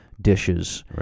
dishes